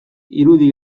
irudi